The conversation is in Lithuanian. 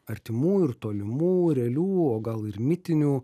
artimų ir tolimų realių o gal ir mitinių